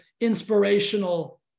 inspirational